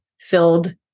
filled